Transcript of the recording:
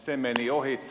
se meni ohitse